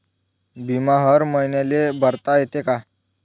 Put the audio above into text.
बिमा हर मईन्याले भरता येते का?